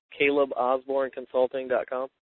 CalebOsborneConsulting.com